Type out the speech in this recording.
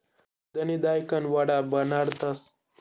उडिदनी दायकन वडा बनाडतस